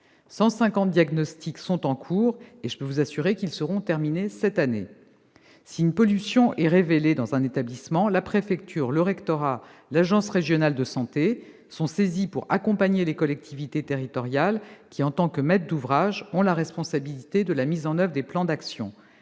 150 diagnostics sont encore en cours, dont je puis vous assurer qu'ils seront terminés cette année. Si une pollution est révélée dans un établissement, la préfecture, le rectorat, l'agence régionale de santé sont saisis pour accompagner les collectivités territoriales qui, en tant que maîtres d'ouvrage, ont la responsabilité de la mise en oeuvre des plans d'action.